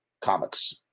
comics